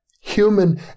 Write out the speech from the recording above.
human